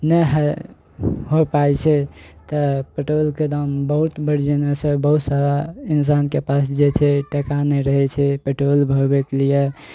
नहि होइ हो पाबै छै तऽ पेट्रोलके दाम बहुत बढ़ि जाने से बहुत सारा इंसानके पास जे छै टका नहि रहै छै पेट्रोल भरबैके लिए